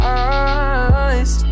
eyes